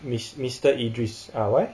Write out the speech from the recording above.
mis~ mister idris ah why